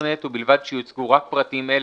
גם עם השינויים --- די,